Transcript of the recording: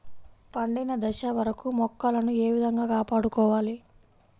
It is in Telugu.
పండిన దశ వరకు మొక్కలను ఏ విధంగా కాపాడుకోవాలి?